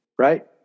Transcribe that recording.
Right